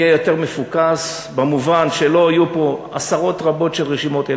יהיה יותר מפוקס במובן שלא יהיו פה עשרות רבות של רשימות,